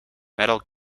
metal